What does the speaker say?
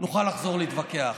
נוכל לחזור להתווכח.